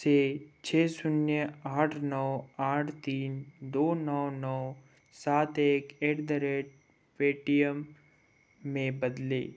से छ शून्य आठ नौ आठ तीन दो नौ नौ सात एक एट द रेट पेटिएम में बदलें